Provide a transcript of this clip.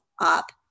up